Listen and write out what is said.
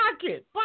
pocket